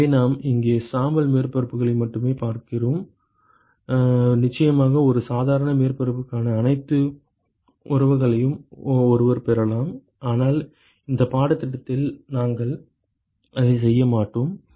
எனவே நாம் இங்கே சாம்பல் மேற்பரப்புகளை மட்டுமே பார்ப்போம் நிச்சயமாக ஒரு சாதாரண மேற்பரப்புக்கான அனைத்து உறவுகளையும் ஒருவர் பெறலாம் ஆனால் இந்த பாடத்திட்டத்தில் நாங்கள் அதை செய்ய மாட்டோம்